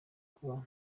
kuba